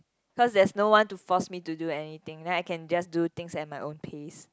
cause there's no one to force me to do anything then I can just do things at my own pace